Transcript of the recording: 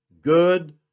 Good